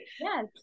Yes